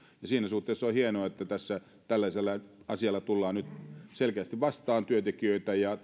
ja siinä suhteessa on hienoa että tässä tällaisella asialla tullaan nyt selkeästi vastaan työntekijöitä ja